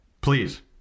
Please